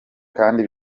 kandi